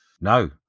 No